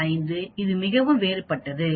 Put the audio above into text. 5 இது மிகவும் வேறுபட்டது 20